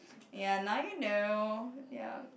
ya now you know ya